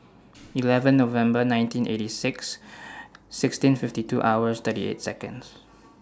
eleven November nineteen eighty six sixteen fifty two hours thirty eight Seconds